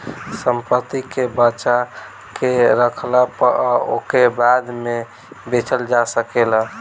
संपत्ति के बचा के रखला पअ ओके बाद में बेचल जा सकेला